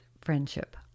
Friendship